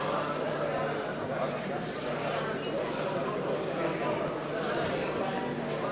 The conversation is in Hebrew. ההסתייגות לא התקבלה.